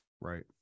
Right